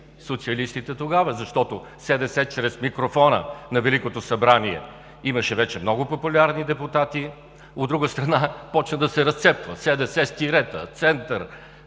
социалистите тогава, защото СДС чрез микрофона на Великото народно събрание имаше вече много популярни депутати. От друга страна, започна да се разцепва – СДС с тирета, център,